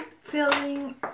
filling